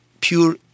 pure